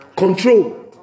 control